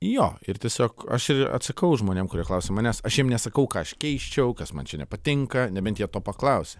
jo ir tiesiog aš atsakau žmonėm kurie klausia manęs aš jiems nesakau ką aš keisčiau kas man čia nepatinka nebent jie to paklausia